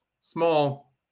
small